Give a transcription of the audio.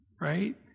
Right